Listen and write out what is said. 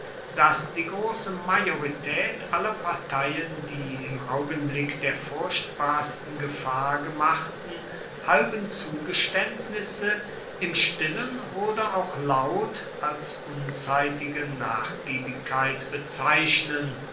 daß die große majorität aller parteien die im augenblick der furchtbarsten gefahr gemachten halben zugeständnisse im stillen oder auch laut als unzeitige nachgiebigkeit bezeichnen